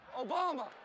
Obama